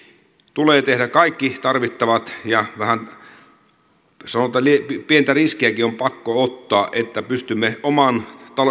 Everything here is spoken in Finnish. tulee tehdä kaikki tarvittava ja vähän sanotaan pientä riskiäkin on pakko ottaa että pystymme oman